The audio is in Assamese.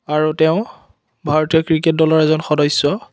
আৰু তেওঁ ভাৰতীয় ক্ৰিকেট দলৰ এজন সদস্য